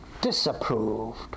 disapproved